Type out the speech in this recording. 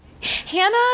Hannah